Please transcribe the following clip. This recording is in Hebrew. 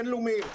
בינלאומיים,